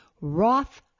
Roth